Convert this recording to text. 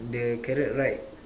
the carrot right